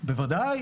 בוודאי.